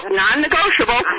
non-negotiable